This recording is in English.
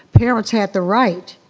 parents had the right